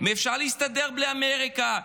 אפשר להסתדר בלי אמריקה,